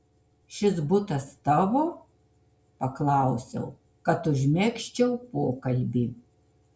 šis butas tavo paklausiau kad užmegzčiau pokalbį